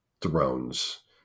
thrones